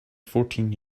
fourteen